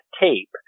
tape